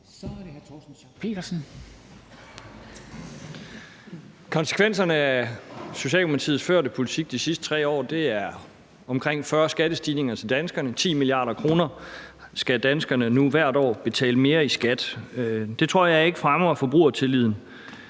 Kl. 10:26 Torsten Schack Pedersen (V) : Konsekvenserne af Socialdemokratiets førte politik de sidste 3 år er omkring 40 skattestigninger til danskerne. 10 mia. kr. skal danskerne nu hvert år betale mere i skat. Det tror jeg ikke fremmer forbrugertilliden.